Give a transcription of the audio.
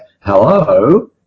Hello